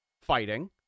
fighting